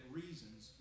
reasons